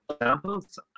Examples